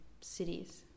cities